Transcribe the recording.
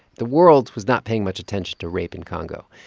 the world was not paying much attention to rape in congo.